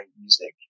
music